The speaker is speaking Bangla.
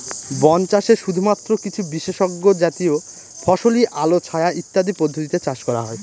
বন চাষে শুধুমাত্র কিছু বিশেষজাতীয় ফসলই আলো ছায়া ইত্যাদি পদ্ধতিতে চাষ করা হয়